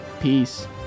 Peace